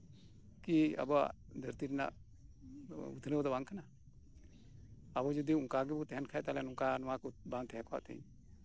ᱠᱤ ᱟᱵᱚᱣᱟᱜ ᱫᱷᱟᱹᱨᱛᱤ ᱨᱮᱱᱟᱜ ᱩᱛᱱᱟᱹᱣ ᱫᱚ ᱵᱟᱝ ᱠᱟᱱᱟ ᱟᱵᱚ ᱡᱚᱫᱤ ᱚᱱᱠᱟ ᱜᱮᱵᱚᱱ ᱛᱟᱦᱮᱱ ᱠᱷᱟᱱ ᱚᱱᱠᱟ ᱵᱟᱝ ᱛᱟᱦᱮᱸ ᱠᱚᱜᱼᱟ ᱛᱮᱦᱮᱧ